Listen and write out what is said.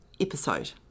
episode